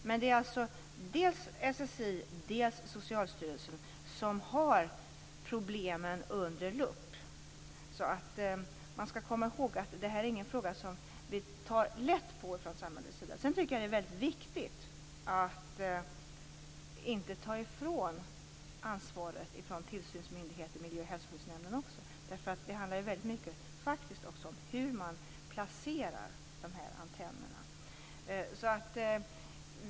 Men det är alltså dels SSI, dels Socialstyrelsen som har problemen under lupp. Man skall komma ihåg att detta inte är en fråga som man tar lätt på ifrån samhällets sida. Jag tycker att det är viktigt att inte ta ifrån tillsynsmyndigheter och miljö och hälsoskyddsnämnder ansvaret. Det handlar ju faktiskt också om hur man placerar antennerna.